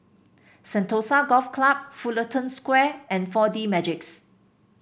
Sentosa Golf Club Fullerton Square and Four D Magix